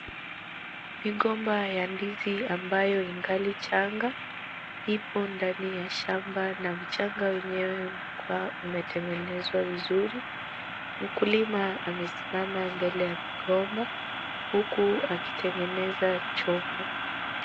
Migomba ya ndizi ambayo ingali changa, ipo ndani ya shamba na mchanga wenyewe unakaa umetengenezwa vizuri. Mkulima amesimama mbele ya migomba huku akitengeneza chombo.